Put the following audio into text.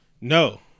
No